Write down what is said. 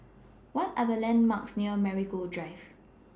What Are The landmarks near Marigold Drive